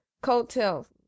coattails